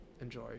enjoy